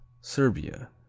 Serbia